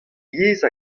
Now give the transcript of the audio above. yezh